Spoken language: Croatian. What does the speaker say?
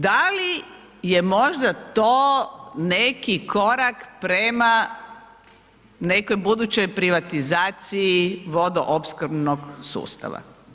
Da li je možda to neki korak prema nekoj budućoj privatizaciji vodoopskrbnog sustava?